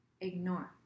Ignore